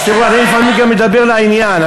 אז תראו, אני לפעמים מדבר לעניין.